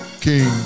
King